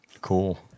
Cool